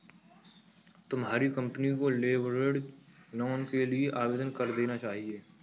तुम्हारी कंपनी को leveraged loan के लिए आवेदन कर देना चाहिए